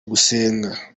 gusenga